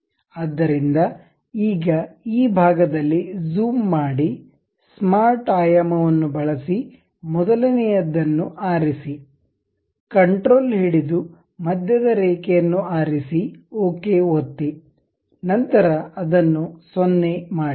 ಆದ್ದರಿಂದ ಈಗ ಈ ಭಾಗದಲ್ಲಿ ಜೂಮ್ ಮಾಡಿ ಸ್ಮಾರ್ಟ್ ಆಯಾಮ ವನ್ನು ಬಳಸಿ ಮೊದಲನೇಯದ್ದನ್ನು ಆರಿಸಿ ಕಂಟ್ರೋಲ್ ಹಿಡಿದು ಮಧ್ಯದ ರೇಖೆಯನ್ನು ಆರಿಸಿ ಓಕೆ ಒತ್ತಿ ನಂತರ ಅದನ್ನು 0 ಮಾಡಿ